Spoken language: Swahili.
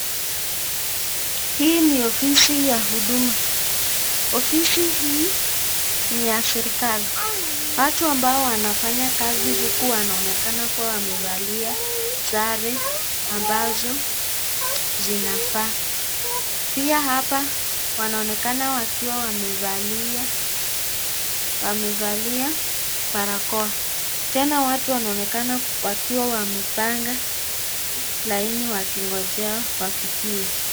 Hii ni ofisi ya huduma. Ofisi hii ni ya serikali. Watu ambao wanafanya kazi huku wanaonekana kuwa wamevalia sare ambazo zinafaa. Pia hapa wanaonekana wakiwa wamevalia, wamevalia barakoa. Tena watu wanaonekana wakiwa wamepanga laini wakingojea wahudumiwe.